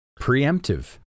Preemptive